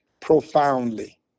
profoundly